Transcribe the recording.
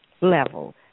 level